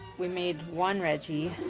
we made one reggie.